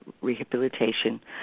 rehabilitation